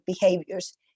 behaviors